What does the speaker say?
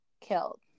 killed